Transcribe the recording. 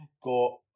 got